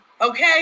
okay